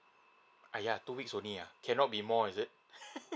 !haiya! two weeks only uh cannot be more is it